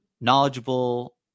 knowledgeable